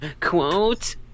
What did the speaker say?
quote